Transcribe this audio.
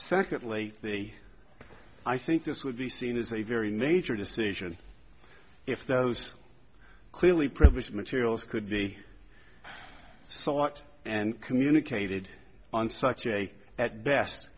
secondly the i think this would be seen as a very major decision if those clearly privileged materials could be sought and communicated on site today at best